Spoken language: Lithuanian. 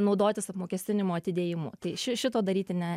naudotis apmokestinimo atidėjimu tai ši šito daryti ne